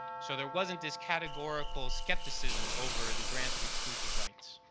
so, there wasn't this categorical skepticism over the grant of exclusive rights.